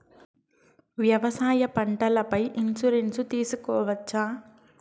వ్యవసాయ పంటల పై ఇన్సూరెన్సు తీసుకోవచ్చా?